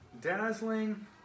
dazzling